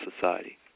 society